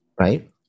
right